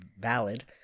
valid